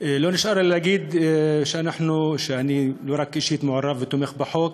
לא נשאר לי אלא להגיד שאני לא רק מעורב אישית ותומך בחוק,